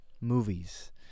movies